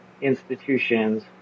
institutions